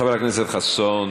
חבר הכנסת חסון,